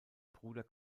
bruder